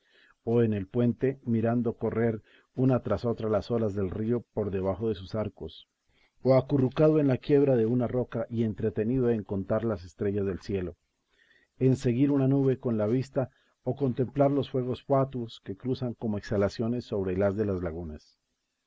o en el puente mirando correr una tras otra las olas del río por debajo de sus arcos o acurrucado en la quiebra de una roca y entretenido en contar las estrellas del cielo en seguir una nube con la vista o contemplar los fuegos fatuos que cruzan como exhalaciones sobre el haz de las lagunas